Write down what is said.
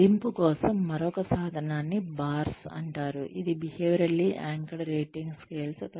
మదింపు కోసం మరొక సాధనాన్ని BARS అంటారు ఇది బిహేవియరల్లీ యాంకర్డ్ రేటింగ్ స్కేల్స్